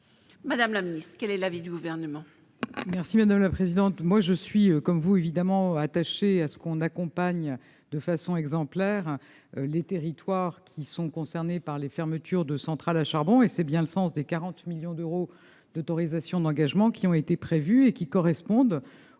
Madame la Ministre, quel est l'avis du gouvernement. Merci madame la présidente, moi je suis comme vous évidemment attachés à ce qu'on accompagne de façon exemplaire les territoires qui sont concernés par les fermetures de centrales à charbon et c'est bien le sens des 40 millions d'euros d'autorisations d'engagements qui ont été prévues et qui correspondent